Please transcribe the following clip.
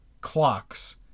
clocks